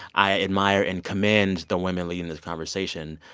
i admire and commend the women leading this conversation.